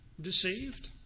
deceived